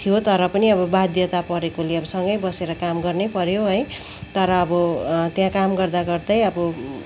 थियो तर पनि अब बाध्यता परेकोले अब सँगै बसेर काम गर्नै पऱ्यो है तर अब त्यहाँ काम गर्दा गर्दै अब